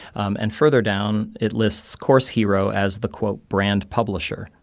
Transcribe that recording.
um and further down it lists course hero as the, quote, brand publisher.